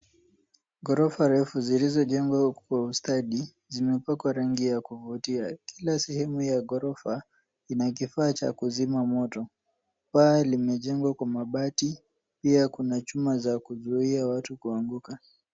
Ghorofa refu zilizojengwa kwa ustadi zimepakwa rangi ya kuvutia. Kila sehemu ya ghorofa ina kifaa cha kuzima moto. Paa limejengwa kwa mabati, pia kuna chuma za kuzuia watu kuanguka.